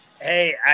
Hey